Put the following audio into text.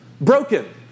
broken